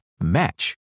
match